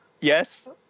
Yes